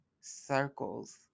circles